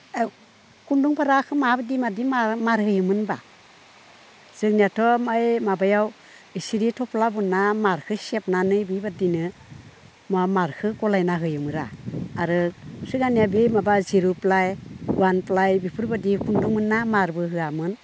औ खुन्दुंफोराखो माबायदि मादि मार होयोमोन होमब्ला जोंनियाथ' माय माबायाव एसेल' थफ्ला बोनना मारखो सेबनानै बिबादिनो मा मारखो गलायना होयोमोन रा आरो सिगांनिया बे माबा जिर'प्लाइ वानप्लाइ बेफोरबायदि खुन्दुंमोनना मारबो होआमोन